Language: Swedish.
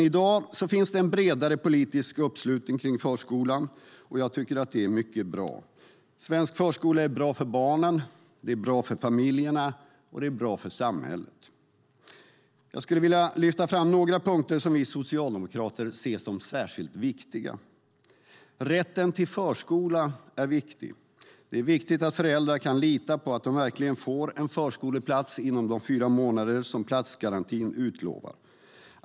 I dag finns det en bredare politisk uppslutning kring förskolan. Jag tycker att det är mycket bra. Svensk förskola är bra för barnen, bra för familjerna och bra för samhället. Jag skulle vilja lyfta fram några punkter som vi socialdemokrater ser som särskilt viktiga. Rätten till förskola är viktig. Det är viktigt att föräldrar kan lita på att de verkligen får en förskoleplats inom de fyra månader som platsgarantin utlovat.